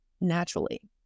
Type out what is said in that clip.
naturally